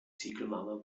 ziegelmauer